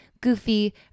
goofy